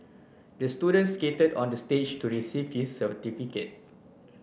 the student skated onto the stage to receive his certificate